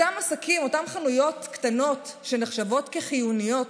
אותם עסקים, אותן חנויות קטנות שנחשבות כחיוניות,